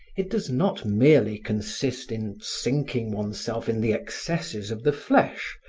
it does not merely consist in sinking oneself in the excesses of the flesh,